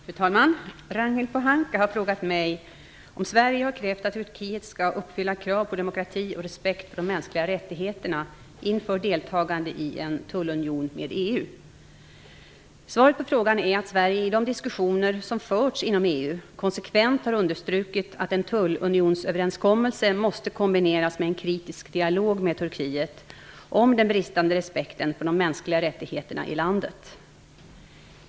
Fru talman! Ragnhild Pohanka har frågat mig om Sverige har krävt att Turkiet skall uppfylla krav på demokrati och respekt för de mänskliga rättigheterna inför deltagande i en tullunion med EU. Svaret på frågan är att Sverige i de diskussioner som förts inom EU konsekvent har understrukit att en tullunionsöverenskommelse måste kombineras med en kritisk dialog med Turkiet om den bristande respekten för de mänskliga rättigheterna i landet.